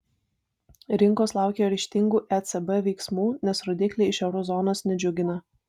rinkos laukia ryžtingų ecb veiksmų nes rodikliai iš euro zonos nedžiugina